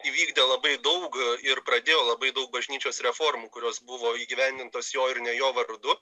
įvykdė labai daug ir pradėjo labai daug bažnyčios reformų kurios buvo įgyvendintos jo ir ne jo vardu